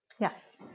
Yes